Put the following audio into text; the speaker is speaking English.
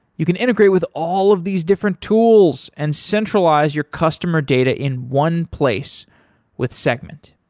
you can integrate with all of these different tools and centralize your customer data in one place with segment.